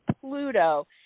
Pluto